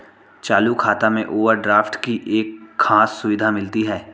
चालू खाता में ओवरड्राफ्ट की एक खास सुविधा मिलती है